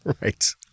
right